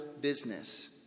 business